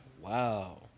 Wow